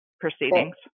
proceedings